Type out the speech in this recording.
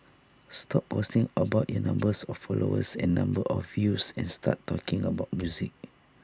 stop posting about IT number of followers and number of views and start talking about music